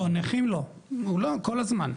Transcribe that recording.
לא, נכים לא, הוא לא, כל הזמן.